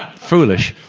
foolish,